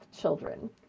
children